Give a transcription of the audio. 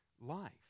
life